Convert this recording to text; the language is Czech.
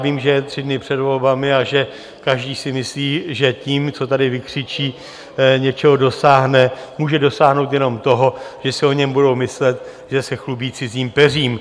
Vím, že je tři dny před volbami a že každý si myslí, že tím, co tady vykřičí, něčeho dosáhne, může dosáhnout jenom toho, že si o něm budou myslet, že se chlubí cizím peřím.